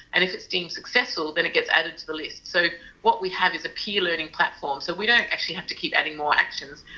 and if it's deemed as successful than it gets added to the list. so what we have is a peer learning platform. so we don't actually have to keep adding more actions,